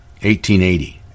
1880